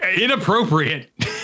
inappropriate